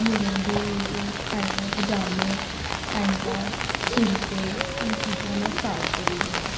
मुड़े दी पैं पजामे पैंटां कुरते एह् चीजां में स्टार्ट करी दा आं